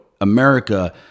America